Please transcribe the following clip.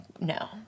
no